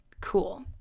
Cool